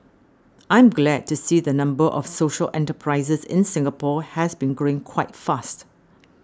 I'm glad to see the number of social enterprises in Singapore has been growing quite fast